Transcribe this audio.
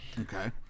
Okay